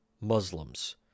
muslims